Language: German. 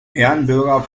ehrenbürger